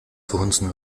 verhunzen